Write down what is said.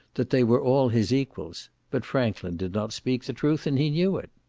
that they were all his equals but franklin did not speak the truth, and he knew it.